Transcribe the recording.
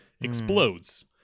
explodes